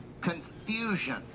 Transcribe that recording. confusion